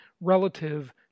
relative